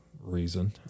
Reason